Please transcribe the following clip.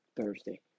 Thursday